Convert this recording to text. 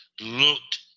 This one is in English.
looked